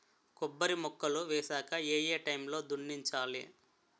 కొబ్బరి మొక్కలు వేసాక ఏ ఏ టైమ్ లో దున్నించాలి?